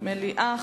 מליאה.